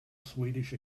swedish